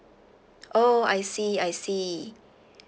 oh I see I see